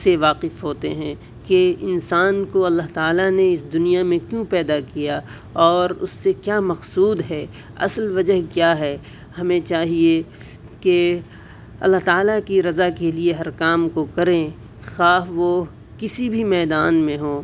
سے واقف ہوتے ہیں کہ انسان کو اللہ تعالیٰ نے اس دنیا میں کیوں پیدا کیا اور اس سے کیا مقصود ہے اصل وجہ کیا ہے ہمیں چاہیے کہ اللہ تعالیٰ کی رضا کے لیے ہر کام کو کریں خواہ وہ کسی بھی میدان میں ہوں